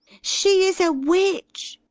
she is a witch!